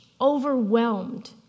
overwhelmed